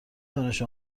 دانش